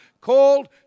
called